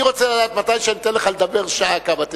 אני רוצה לדעת, כשאני אתן לך לדבר שעה, כמה תדבר.